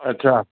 अछा